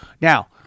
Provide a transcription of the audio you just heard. Now